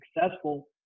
successful